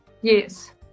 Yes